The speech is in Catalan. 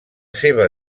seva